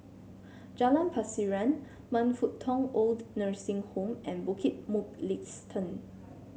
Jalan Pasiran Man Fut Tong OId Nursing Home and Bukit Mugliston